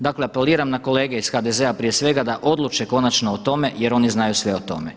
Dakle, apeliram na kolege iz HDZ-a prije svega da odluče konačno o tome jer oni znaju sve o tome.